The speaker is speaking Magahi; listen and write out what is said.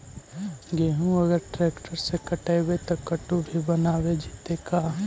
गेहूं अगर ट्रैक्टर से कटबइबै तब कटु भी बनाबे जितै का?